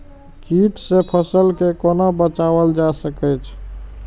कीट से फसल के कोना बचावल जाय सकैछ?